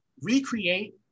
recreate